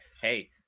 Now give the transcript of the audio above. hey